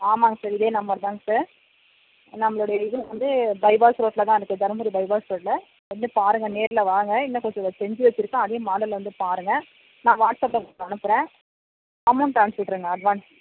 ஆமாங்க சார் இதே நம்பருதாங்க சார் நம்மளோடைய இது வந்து பைபாஸ் ரோட்டில் தான் இருக்குது தருமபுரி பைபாஸ் ரோட்டில் வந்து பாருங்க நேரில் வாங்க இன்னும் கொஞ்சம் இதை செஞ்சு வெச்சுருக்கேன் அதையும் மாடல் வந்து பாருங்க நான் வாட்ஸ்அப்பில் உங்களுக்கு அனுப்புறேன் அமௌண்ட்டை அமுச்சுவிட்ருங்க அட்வான்ஸ்